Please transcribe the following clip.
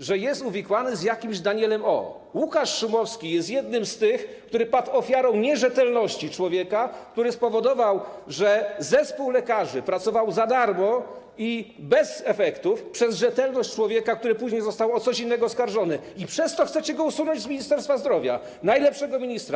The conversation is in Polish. że jest uwikłany z jakimś Danielem O. Łukasz Szumowski jest jednym z tych, którzy padli ofiarą nierzetelności człowieka, który spowodował, że zespół lekarzy pracował za darmo i bez efektów - przez rzetelność człowieka, który później został o coś innego oskarżony - i przez to chcecie go usunąć z Ministerstwa Zdrowia, najlepszego ministra.